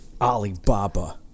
Alibaba